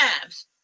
times